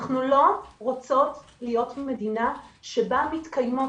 אנחנו לא רוצות להיות מדינה שבה מתקיימות